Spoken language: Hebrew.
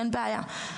אין בעיה.